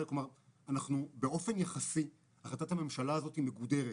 כלומר, באופן יחסי החלטת הממשלה הזאת מגודרת.